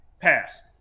pass